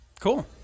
cool